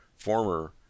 former